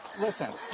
Listen